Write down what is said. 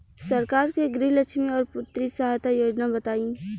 सरकार के गृहलक्ष्मी और पुत्री यहायता योजना बताईं?